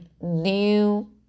new